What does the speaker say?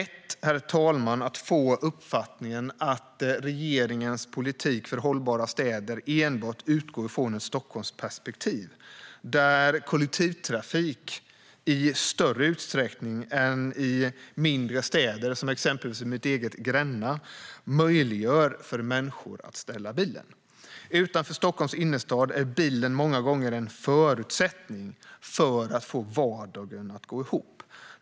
Det är lätt att få uppfattningen att regeringens politik för hållbara städer enbart utgår från ett Stockholmsperspektiv, där kollektivtrafik i större utsträckning än i mindre städer, som mitt eget Gränna, möjliggör för människor att ställa bilen. Utanför Stockholms innerstad är bilen många gånger en förutsättning för att man ska få vardagen att gå ihop.